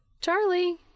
Charlie